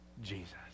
Jesus